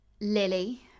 Lily